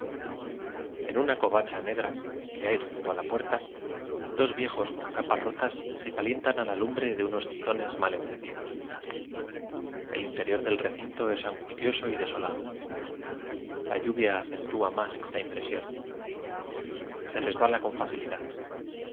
en una covacha negra que hay junto a la puerta dos viejos con capas roías se ca lientan a la lumbre de unos tizones mal en cendidos el interior del recinto es an gustioso y desolado la lluvia acentúa más esta impresión se resbala con facilidad